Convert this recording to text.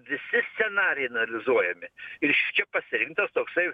visi scenarijai analizuojami ir iš čia pasirinktas toksai